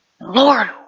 Lord